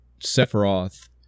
sephiroth